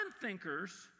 thinkers